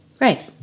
Right